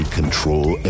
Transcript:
control